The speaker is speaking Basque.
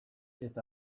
eta